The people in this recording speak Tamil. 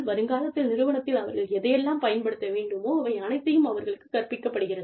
வருங்காலத்தில் நிறுவனத்தில் அவர்கள் எதையெல்லாம் பயன்படுத்த வேண்டுமோ அவை அனைத்தும் அவர்களுக்கு கற்பிக்கப்படுகிறது